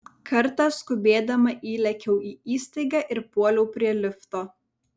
kartą skubėdama įlėkiau į įstaigą ir puoliau prie lifto